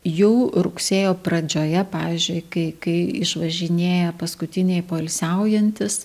jau rugsėjo pradžioje pavyzdžiui kai kai išvažinėja paskutiniai poilsiaujantys